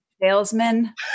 salesman